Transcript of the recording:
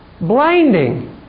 Blinding